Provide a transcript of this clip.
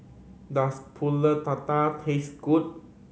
does Pulut Tatal taste good